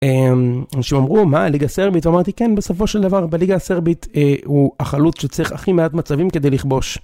אנשים אמרו מה ליגה סרבית ואמרתי כן בסופו של דבר בליגה הסרבית הוא החלוץ שצריך הכי מעט מצבים כדי לכבוש.